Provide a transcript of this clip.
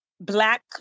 black